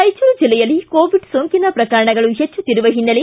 ರಾಯಚೂರು ಜಿಲ್ಲೆಯಲ್ಲಿ ಕೋವಿಡ್ ಸೋಂಕಿನ ಪ್ರಕರಣಗಳು ಪೆಚ್ಚುತ್ತಿರುವ ಹಿನ್ನೆಲೆ